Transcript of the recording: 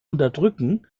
unterdrücken